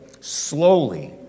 slowly